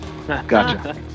Gotcha